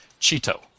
Cheeto